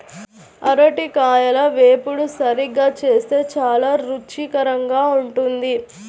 అరటికాయల వేపుడు సరిగ్గా చేస్తే చాలా రుచికరంగా ఉంటుంది